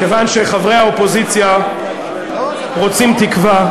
כיוון שחברי האופוזיציה רוצים תקווה,